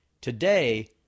Today